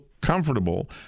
comfortable